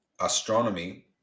astronomy